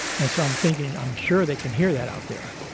and, so, i'm thinking i'm sure they can hear that out there